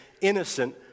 innocent